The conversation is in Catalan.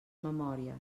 memòries